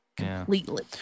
completely